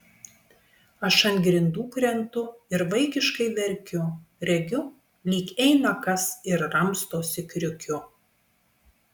aš ant grindų krentu ir vaikiškai verkiu regiu lyg eina kas ir ramstosi kriukiu